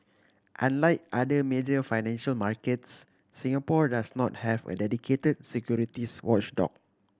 unlike other major financial markets Singapore does not have a dedicated securities watchdog